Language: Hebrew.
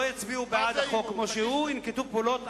יצביעו בעד החוק כמו שהוא ינקטו פעולות,